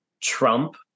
trump